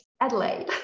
Adelaide